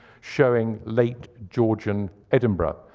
showing late georgian edinburgh.